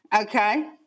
Okay